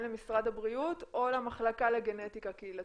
למשרד הבריאות או למחלקה לגנטיקה קהילתית?